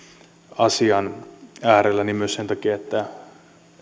asian äärellä myös sen takia että